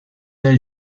del